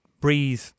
breathe